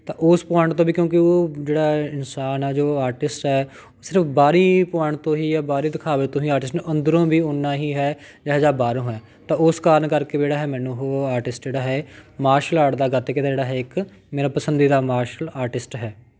ਤਾਂ ਉਸ ਪੁਆਇੰਟ ਤੋਂ ਵੀ ਕਿਉਂਕਿ ਉਹ ਜਿਹੜਾ ਹੈ ਇਨਸਾਨ ਆ ਜੋ ਆਰਟਿਸਟ ਹੈ ਉਹ ਸਿਰਫ ਬਾਹਰੀ ਪੁਆਇੰਟ ਤੋਂ ਹੀ ਜਾਂ ਬਾਹਰੀ ਦਿਖਾਵੇ ਤੋਂ ਹੀ ਆਰਟਿਸਟ ਨਹੀਂ ਅੰਦਰੋਂ ਵੀ ਓਨਾ ਹੀ ਹੈ ਜਿਹੋ ਜਿਹਾ ਬਾਹਰੋਂ ਹੈ ਤਾਂ ਉਸ ਕਾਰਨ ਕਰਕੇ ਵੀ ਜਿਹੜਾ ਹੈ ਮੈਨੂੰ ਉਹ ਆਰਟਿਸਟ ਜਿਹੜਾ ਹੈ ਮਾਰਸ਼ਲ ਆਰਟ ਦਾ ਗੱਤਕੇ ਦਾ ਜਿਹੜਾ ਹੈ ਇੱਕ ਮੇਰਾ ਪਸੰਦੀਦਾ ਮਾਰਸ਼ਲ ਆਰਟਿਸਟ ਹੈ